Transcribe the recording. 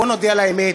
בואו נודה על האמת,